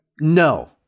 No